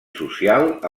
social